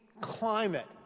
climate